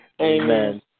Amen